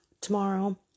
tomorrow